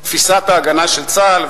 תפיסת ההגנה של צה"ל,